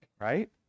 Right